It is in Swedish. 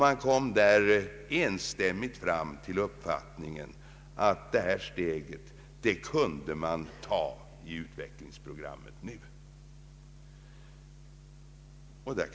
Man kom enstämmigt fram till uppfattningen att detta steg i utvecklingsprogrammet kunde tas.